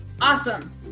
Awesome